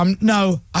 No